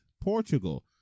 Portugal